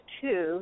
two